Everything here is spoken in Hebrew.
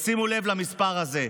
שימו לב למספר הזה: